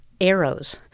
arrows